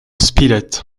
spilett